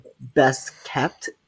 best-kept